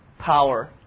power